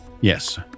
Yes